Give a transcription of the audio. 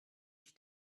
ich